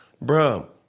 bro